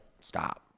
stop